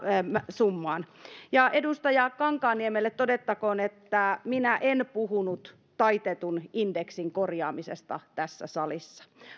summaan edustaja kankaanniemelle todettakoon että minä en puhunut taitetun indeksin korjaamisesta tässä salissa